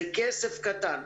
זה כסף קטן.